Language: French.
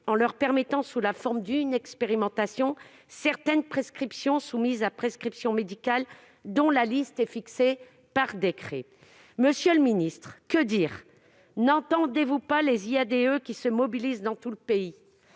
en leur permettant, sous la forme d'une expérimentation, de réaliser « certaines prescriptions soumises à prescription médicale dont la liste est fixée par décret ». Monsieur le secrétaire d'État, n'entendez-vous pas les IADE et les Ibode qui se mobilisent dans tout le pays ?